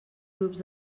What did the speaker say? grups